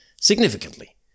significantly